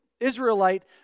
Israelite